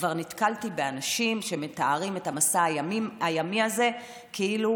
כבר נתקלתי באנשים שמתארים את המסע הימי הזה כאילו